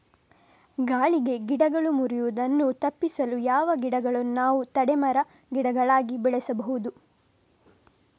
ಗಾಳಿಗೆ ಗಿಡಗಳು ಮುರಿಯುದನ್ನು ತಪಿಸಲು ಯಾವ ಗಿಡಗಳನ್ನು ನಾವು ತಡೆ ಮರ, ಗಿಡಗಳಾಗಿ ಬೆಳಸಬಹುದು?